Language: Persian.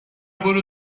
برو